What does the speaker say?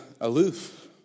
aloof